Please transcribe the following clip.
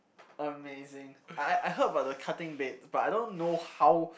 amazing I I heard about the cutting beds but I don't know how